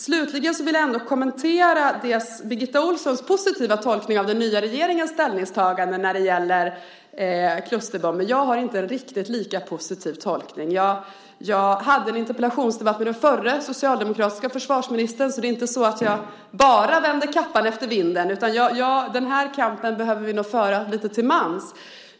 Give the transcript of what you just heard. Slutligen vill jag kommentera Birgitta Ohlssons positiva tolkning av den nya regeringens ställningstagande när det gäller klusterbomber. Jag gör inte en riktigt lika positiv tolkning. Jag hade en interpellationsdebatt om detta även med den socialdemokratiska försvarsministern så jag vänder alltså inte kappan efter vinden. Den här kampen behöver vi nog föra lite till mans.